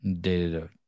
Dated